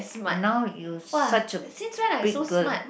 now you such a big girl